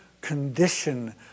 condition